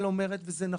אומרת, וזה נכון,